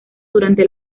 durante